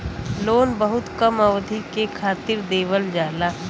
loan बहुत कम अवधि के खातिर देवल जाला